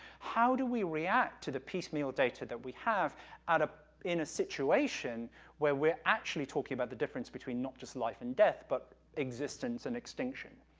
how do we react to the piecemeal data that we have ah in a situation where we're actually talking about the difference between, not just life and death, but existence and extinction?